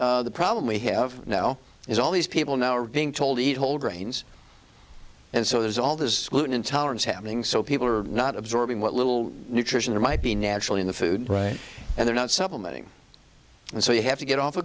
so the problem we have now is all these people now are being told to eat whole grains and so there's all this gluten intolerance happening so people are not absorbing what little nutrition there might be naturally in the food right and they're not supplementing and so you have to get off a